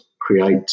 create